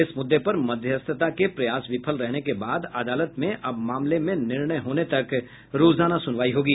इस मुद्दे पर मध्यस्थता के प्रयास विफल रहने के बाद अदालत में अब मामले में निर्णय होने तक रोजाना सुनवाई होगी